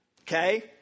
okay